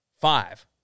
five